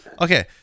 Okay